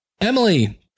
Emily